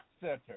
Center